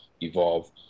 evolve